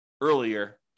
earlier